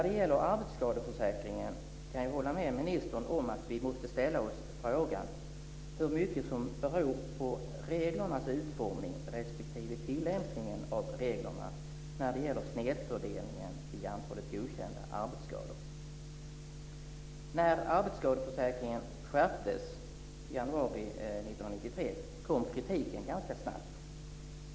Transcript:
Beträffande arbetsskadeförsäkringen kan jag hålla med ministern om att vi måste ställa oss frågan hur mycket som beror på reglernas utformning respektive tillämpningen av reglerna när det gäller snedfördelningen i antalet godkända arbetsskador. När arbetsskadeförsäkringen skärptes i januari 1993 kom kritiken ganska snabbt.